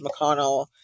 McConnell